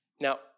Now